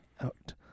out